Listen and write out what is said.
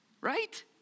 right